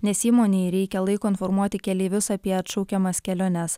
nes įmonei reikia laiko informuoti keleivius apie atšaukiamas keliones